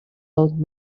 old